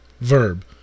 verb